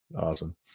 Awesome